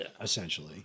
essentially